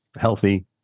healthy